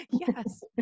Yes